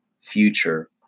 future